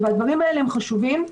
הדברים האלה חשובים,